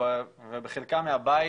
בחלקה מהבית,